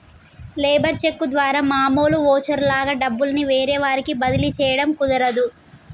labour cheque ద్వారా మామూలు voucher లాగా డబ్బుల్ని వేరే వారికి బదిలీ చేయడం కుదరదు